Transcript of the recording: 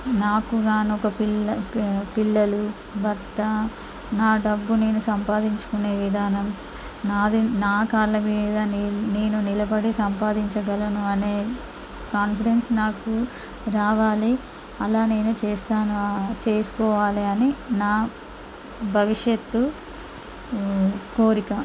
నాకుగానొక పిల్లలు భర్త నా డబ్బు నేను సంపాదించుకొనే విధానం నాది నా కాళ్ళ మీద నేను నిలబడి సంపాదించుగలను అనే కాంఫిడెన్స్ నాకు రావాలి అలా నేను చేస్తాను చేసుకోవాలి అని నా భవిష్యత్తు కోరిక